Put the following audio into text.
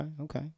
okay